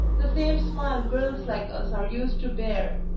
the same smile girls like us are used to bear,